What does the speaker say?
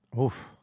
Oof